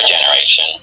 generation